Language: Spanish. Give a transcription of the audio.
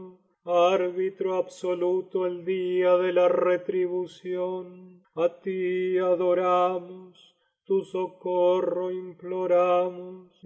absoluto el día de la retribución a ti adoramos tu socorro